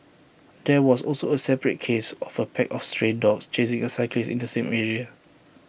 there was also A separate case of A pack of stray dogs chasing A cyclist in the same area